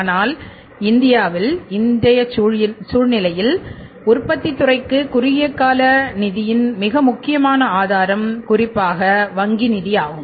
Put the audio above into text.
ஆனால் இந்தியாவில் இந்திய சூழ்நிலையில் உற்பத்தித் துறைக்கு குறுகிய கால நிதியத்தின் மிக முக்கியமான ஆதாரம் குறிப்பாக வங்கி நிதி ஆகும்